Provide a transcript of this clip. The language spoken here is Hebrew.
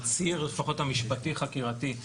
הציר לפחות המשפטי חקירתי,